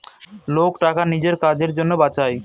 লোক টাকা নিজের কাজের জন্য বাঁচায়